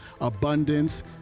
Abundance